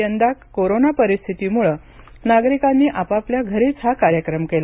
यंदा मात्र कोरोना परिस्थितीमुळं नागरिकांनी आपापल्या घरीच हा कार्यक्रम केला